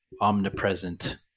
omnipresent